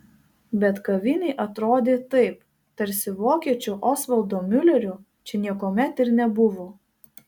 bet kavinė atrodė taip tarsi vokiečio osvaldo miulerio čia niekuomet ir nebuvo